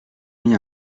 mis